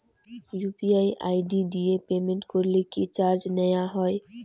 UPI ID দিয়ে payment করলে কি চার্জ নেয়া হয়?